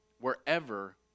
wherever